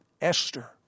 Esther